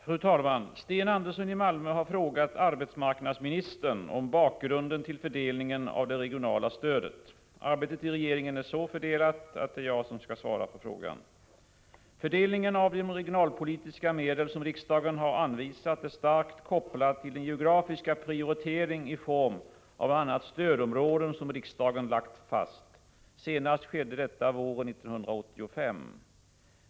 Fru talman! Sten Andersson i Malmö har frågat arbetsmarknadsministern om bakgrunden till fördelningen av det regionala stödet. Arbetet i regeringen är så fördelat att det är jag som skall svara på frågan. Fördelningen av de regionalpolitiska medel som riksdagen har anvisat är starkt kopplad till den geografiska prioritering i form av bl.a. stödområden som riksdagen lagt fast. Senast skedde detta våren 1985.